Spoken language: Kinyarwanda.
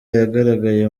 yagaragaye